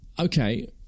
Okay